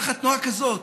תנועה כזאת,